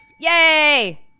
yay